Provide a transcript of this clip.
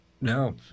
No